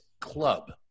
Club